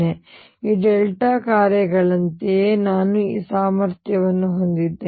ಹಾಗಾಗಿ ಈ ಡೆಲ್ಟಾ ಕಾರ್ಯಗಳಂತೆಯೇ ನಾನು ಈ ಸಾಮರ್ಥ್ಯವನ್ನು ಹೊಂದಿದ್ದೇನೆ